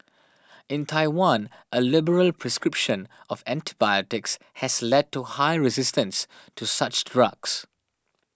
in Taiwan a liberal prescription of antibiotics has led to high resistance to such drugs